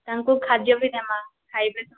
ତାକୁଁ ଖାଦ୍ୟ ବି ଦେମା ଖାଏବେ ସେମାନେ